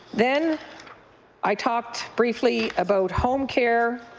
then i talked briefly about home care